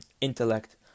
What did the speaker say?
intellect